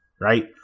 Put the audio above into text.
right